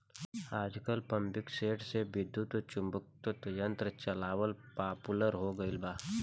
आजकल पम्पींगसेट के विद्युत्चुम्बकत्व यंत्र से चलावल पॉपुलर हो गईल बा